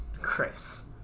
chris